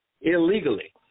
illegally